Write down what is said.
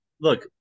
look